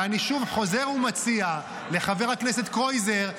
ואני שוב חוזר ומציע לחבר הכנסת קרויזר,